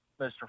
Mr